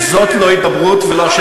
זאת לא הידברות ולא,